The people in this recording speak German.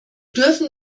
dürfen